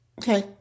Okay